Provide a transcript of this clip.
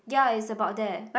ya it's about there